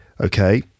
okay